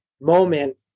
moment